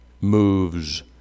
moves